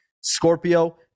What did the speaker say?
scorpio